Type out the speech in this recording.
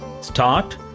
start